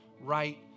right